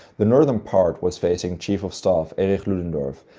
the northern part was facing chief of staff erich ludendorff,